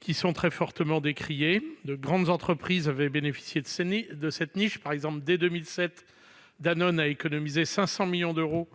fiscale très fortement décriée. De grandes entreprises ont bénéficié de cette niche. Par exemple, dès 2007, Danone a économisé 500 millions d'euros